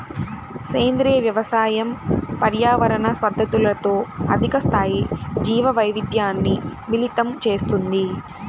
సేంద్రీయ వ్యవసాయం పర్యావరణ పద్ధతులతో అధిక స్థాయి జీవవైవిధ్యాన్ని మిళితం చేస్తుంది